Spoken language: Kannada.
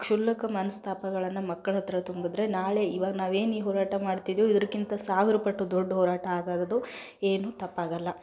ಕ್ಷುಲ್ಲಕ ಮನಸ್ತಾಪಗಳನ್ನು ಮಕ್ಳ ಹತ್ತಿರ ತುಂಬಿದ್ರೆ ನಾಳೆ ಇವಾಗ ನಾವು ಏನು ಈ ಹೋರಾಟ ಮಾಡ್ತಿದ್ದೀವೋ ಇದಕ್ಕಿಂತ ಸಾವಿರ ಪಟ್ಟು ದೊಡ್ಡ ಹೋರಾಟ ಆಗೋದು ಏನೂ ತಪ್ಪಾಗಲ್ಲ